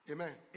Amen